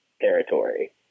territory